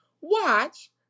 watch